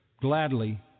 gladly